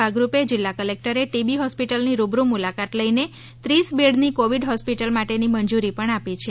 ભાગરૂપે જિલ્લા કલેકટરે ટીબી હોસ્પીટલની રૂબરૂ મુલાકાત લઈને ત્રીસ બેડની કોવિડ હોસ્પીટલ માટેની મંજૂરી પણ આપી છે